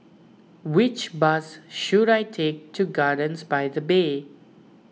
which bus should I take to Gardens by the Bay